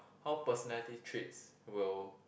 how personality traits will